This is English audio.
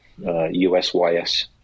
USYS